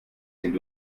sind